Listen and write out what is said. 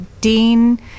Dean